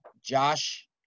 Josh